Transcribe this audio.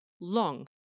long